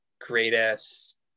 greatest